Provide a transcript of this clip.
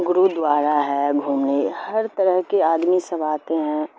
گرودوارا ہے گھومنے ہر طرح کے آدمی سب آتے ہیں